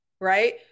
right